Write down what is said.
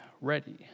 ready